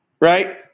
right